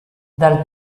dal